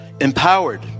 empowered